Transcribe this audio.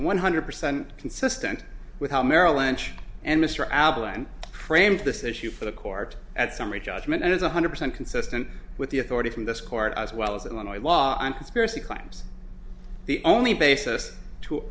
one hundred percent consistent with how merrill lynch and mr allen framed this issue for the court at summary judgment is one hundred percent consistent with the authority from this court as well as illinois law and conspiracy claims the only basis to